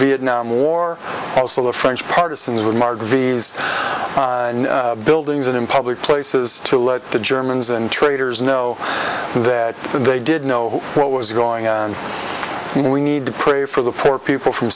vietnam war also the french parts in the remark viz buildings and in public places to let the germans and traders know that they did know what was going on you know we need to pray for the poor people from